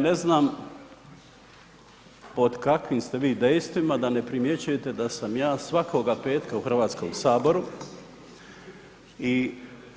Kolega ne znam pod kakvim ste vi dejstvima da ne primjećujete da sam ja svakoga petka u Hrvatskom saboru i